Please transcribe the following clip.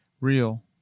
Real